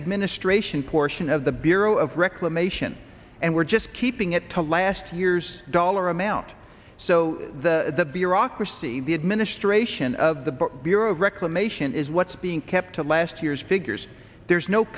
administration portion of the bureau of reclamation and we're just keeping it to last year's dollar amount so the bureaucracy the administration of the bureau of reclamation is what's being kept to last year's figures there's no